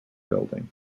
building